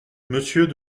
monsieur